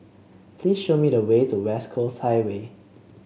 please show me the way to West Coast Highway